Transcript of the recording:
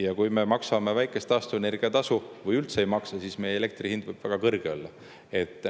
Ja kui me maksame väikest taastuvenergia tasu või üldse ei maksa, siis meie elektri hind võib väga kõrge olla.